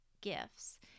gifts